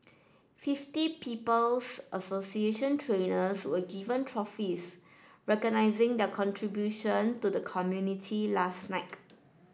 fifty People's Association trainers were given trophies recognising their contribution to the community last night